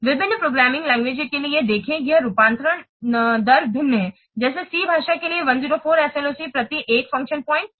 विभिन्न programming language के लिए देखें यह रूपांतरण दर भिन्न है जैसे C भाषा के लिए 104 SLOC प्रति 1 फ़ंक्शन पॉइंट है